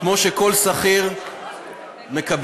כמו שכל שכיר מקבל,